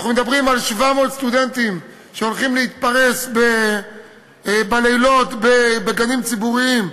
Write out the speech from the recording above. אנחנו מדברים על 700 סטודנטים שהולכים להתפרס בלילות בגנים ציבוריים,